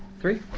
Three